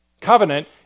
covenant